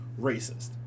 racist